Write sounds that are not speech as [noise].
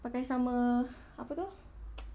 pakai sama apa itu [noise]